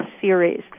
series